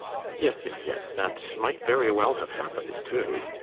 yes, yes, yes, that might very will have happened, too.